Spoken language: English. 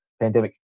pandemic